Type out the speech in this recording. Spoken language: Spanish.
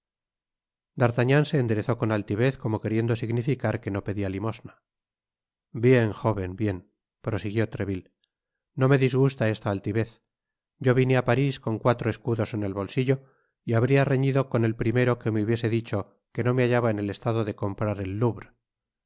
d'artagnan se enderezó con altivez como queriendo significar que no pedia limosna bien jóven bien prosiguió treville no me disgusta esta altivez yo vine á paris con cuatro escudos en el bolsillo y habria reñido con el primero que me hubiese dicho que no me hallaba en estado de comprar el